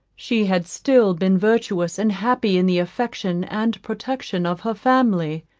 she had still been virtuous and happy in the affection and protection of her family.